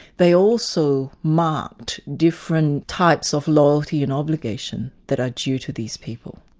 they also marked different types of loyalty and obligation that are due to these people.